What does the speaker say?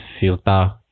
filter